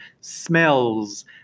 smells